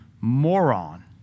moron